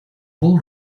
will